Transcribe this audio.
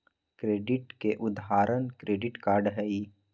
credit के उदाहरण credit card हई